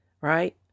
Right